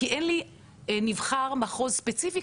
כי אין לי נבחר מחוז ספציפי,